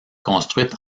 construite